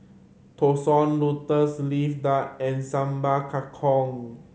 Thosai Lotus Leaf Duck and Sambal Kangkong